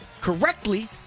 correctly